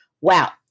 wow